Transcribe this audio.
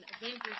Avengers